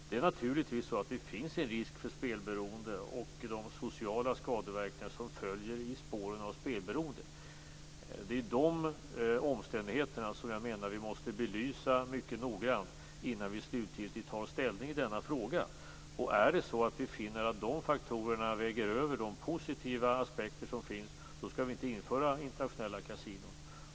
Det finns en risk för spelberoende och de sociala skadeverkningar som följer i spåren av spelberoende. Det är de omständigheterna som vi måste belysa mycket noggrant innan vi slutgiltigt tar ställning i denna fråga. Om vi finner att de faktorerna väger över de positiva aspekter som finns skall vi inte införa internationella kasinon.